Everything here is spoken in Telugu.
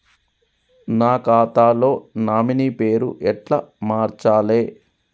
నా ఖాతా లో నామినీ పేరు ఎట్ల మార్చాలే?